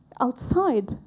Outside